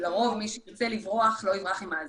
לרוב מי שירצה לברוח לא יברח עם האזיק.